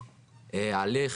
ההליך,